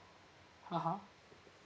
ah ha